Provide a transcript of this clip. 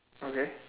okay